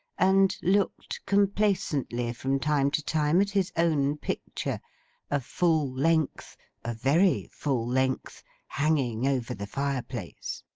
and looked complacently from time to time at his own picture a full length a very full length hanging over the fireplace.